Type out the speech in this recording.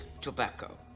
Tobacco